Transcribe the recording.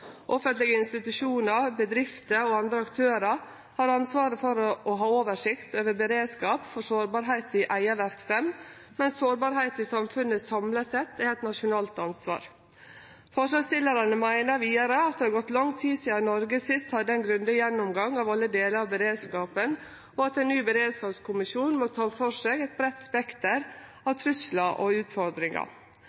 Offentlege institusjonar, bedrifter og andre aktørar har ansvaret for å ha oversikt over beredskap for sårbarheit i eiga verksemd, medan sårbarheit i samfunnet samla sett er eit nasjonalt ansvar. Forslagsstillarane meiner vidare at det har gått lang tid sidan Noreg sist hadde ein grundig gjennomgang av alle delar av beredskapen, og at ein ny beredskapskommisjon må ta føre seg eit breitt spekter